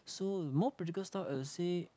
so more practical stuff I would say